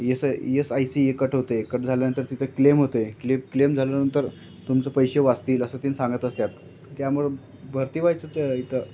येसआ E S I C ए cut होत आहे कट झाल्यानंतर तिथं क्लेम होत आहे क्ले क्लेम झाल्यानंतर तुमचं पैसे वाचतील असं ती सांगत असतात त्यामुळं भरती व्हायचंच इथं